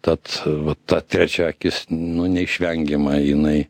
tad va ta trečia akis nu neišvengiama jinai